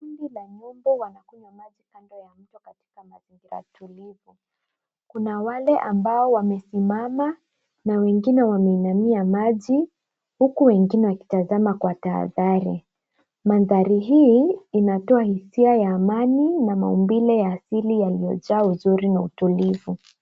Kundi la ng'ombe wanakunywa maji kando ya mto katika mazingira tulivu. Kuna wale ambao wamesimama na wengine wameinamia maji huku wengine wakitazama kwa tahadhari. Mandhari hii, inatoa hisia ya amani na maumbile ya asili yaliyojaa uzuri na utulivu.